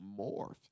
morph